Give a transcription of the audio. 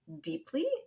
deeply